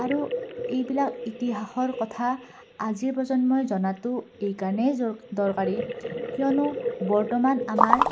আৰু এইবিলাক ইতিহাসৰ কথা আজিৰ প্ৰজন্মই জনাটো এইকাৰণেই দ দৰকাৰী কিয়নো বৰ্তমান আমাৰ